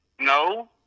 no